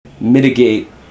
mitigate